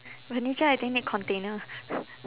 furniture I think need container